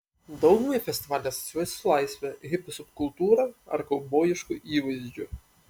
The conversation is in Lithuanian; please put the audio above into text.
daugumai festivaliai asocijuojasi su laisve hipių subkultūra ar kaubojišku įvaizdžiu